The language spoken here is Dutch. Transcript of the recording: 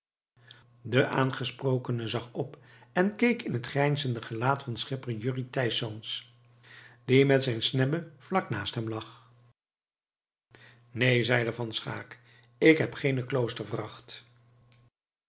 de aangesprokene zag op en keek in het grijnzende gelaat van schipper jurrie thijsz die met zijne snebbe vlak naast hem lag neen zeide van schaeck ik heb geene kloostervracht